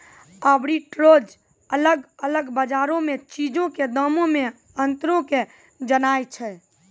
arbitrage अलग अलग बजारो मे चीजो के दामो मे अंतरो के जाननाय छै